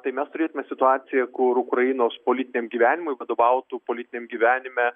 tai mes turėtume situaciją kur ukrainos politiniam gyvenimui vadovautų politiniam gyvenime